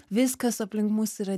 viskas aplink mus yra